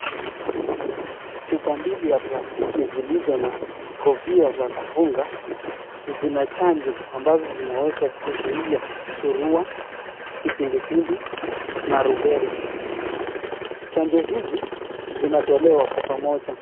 Chajo mbili zilizo na kofia za kufunga zina chanjo ambazo zinaweza kuzuia surua, kipindupindu na rubela chanjo hizi zinatolewa kwa pamoja.